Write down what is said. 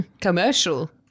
commercial